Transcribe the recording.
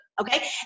Okay